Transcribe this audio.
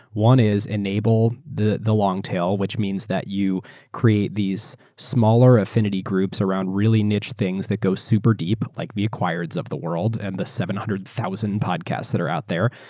one is to enable the the long tail, which means that you create these smaller affinity groups around really niche things that go super deep, like the acquireds of the world and the seven hundred thousand podcast that are out there.